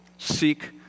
Seek